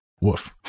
Woof